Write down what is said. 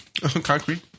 Concrete